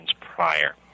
prior